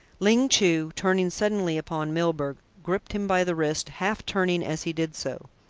ling chu, turning suddenly upon milburgh, gripped him by the wrist, half-turning as he did so.